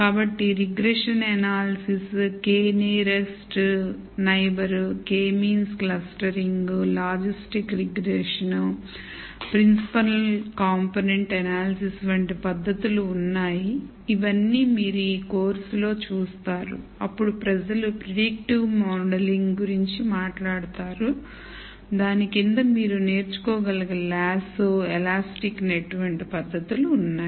కాబట్టి regression analysis K nearest neighbour K means clustering logistics regression principal component analysis వంటి పద్ధతులు ఉన్నాయి ఇవన్నీ మీరు ఈ కోర్సులో చూస్తారు అప్పుడు ప్రజలు ప్రిడిక్టివ్ మోడలింగ్ గురించి మాట్లాడుతారు దాని కింద మీరు నేర్చుకోగల Lasso Elastic net వంటి పద్ధతులు ఉన్నాయి